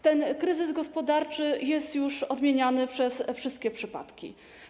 Ten kryzys gospodarczy jest już odmieniany przez wszystkie przypadki.